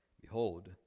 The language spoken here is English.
Behold